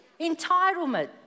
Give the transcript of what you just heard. Entitlement